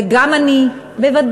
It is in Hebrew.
וגם אני בוודאי,